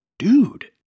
dude